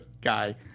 guy